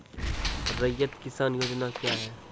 रैयत किसान योजना क्या हैं?